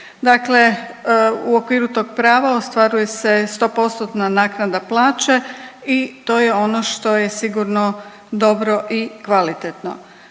Dakle, u okviru tog prava ostvaruje se 100% naknada plaće i to je ono što je sigurno dobro i kvalitetno.